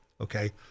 Okay